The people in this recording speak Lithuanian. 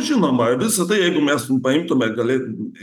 žinoma visa tai jeigu mes paimtume gali